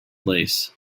lace